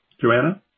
Joanna